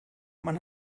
man